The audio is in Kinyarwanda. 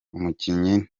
umukinnyi